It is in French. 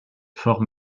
fort